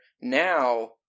Now